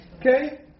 Okay